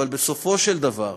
אבל בסופו של דבר,